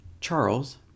Charles